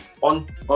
on